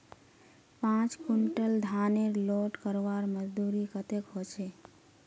पाँच कुंटल धानेर लोड करवार मजदूरी कतेक होचए?